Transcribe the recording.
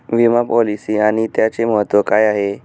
विमा पॉलिसी आणि त्याचे महत्व काय आहे?